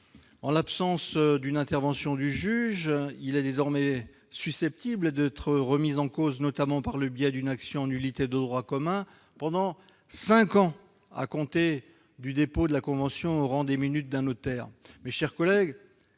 En l'absence d'une intervention du juge, il est désormais susceptible d'être remis en cause, notamment par le biais d'une action en nullité de droit commun pendant cinq ans à compter du dépôt de la convention au rang des minutes d'un notaire. Mes chers collègues,